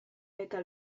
eta